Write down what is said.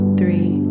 three